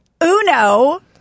Uno